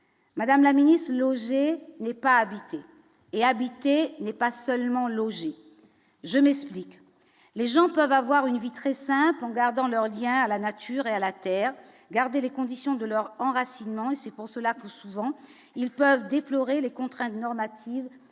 Madame la Ministre loger n'est pas habiter et habiter n'est pas seulement loger, je m'explique : les gens peuvent avoir une vie très simple en gardant leurs Liens à la nature et à la terre, garder les conditions de leur enracinement et c'est pour cela pousse souvent ils peuvent déplorer les contraintes normatives